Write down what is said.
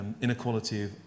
inequality